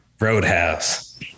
Roadhouse